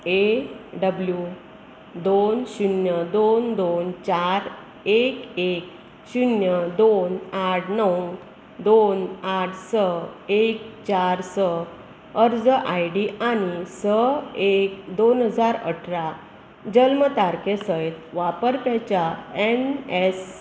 ए W दोन शुन्य दोन दोन चार एक एक शुन्य दोन आठ णव दोन आठ स एक चार स अर्ज आय डी आनी स एक दोन हजार अठरा जल्म तारखे सयत वापरप्याच्या एन एस